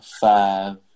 five